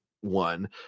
one